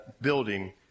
building